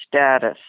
status